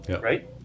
right